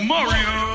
Mario